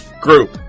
group